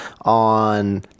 on